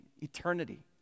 eternity